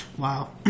Wow